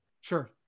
Sure